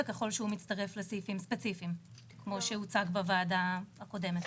וככל שהוא מצטרף לסעיפים ספציפיים כמו שהוצג בוועדה הקודמת,